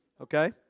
okay